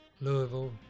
Louisville